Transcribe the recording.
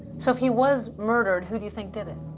so if he was murdered, who do you think did it?